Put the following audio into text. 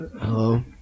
Hello